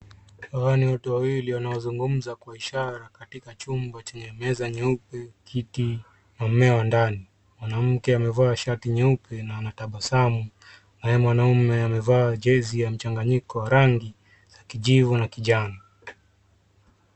Hawa ni watu wanaozungumza kwa ishara katika chumba chenye meza nyeupe, kiti na mmea wa ndani. Mwanamke amevaa shati nyeupe na anatabasamu, naye mwanaume amevaa jezi ya mchanganyiko wa rangi, ya kijivu, na kijani.